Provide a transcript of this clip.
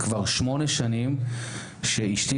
כבר שמונה שנים שאשתי,